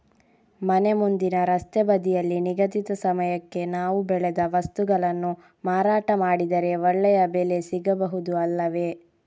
ಮನೆ ಮುಂದಿನ ರಸ್ತೆ ಬದಿಯಲ್ಲಿ ನಿಗದಿತ ಸಮಯಕ್ಕೆ ನಾವು ಬೆಳೆದ ವಸ್ತುಗಳನ್ನು ಮಾರಾಟ ಮಾಡಿದರೆ ಒಳ್ಳೆಯ ಬೆಲೆ ಸಿಗಬಹುದು ಅಲ್ಲವೇ?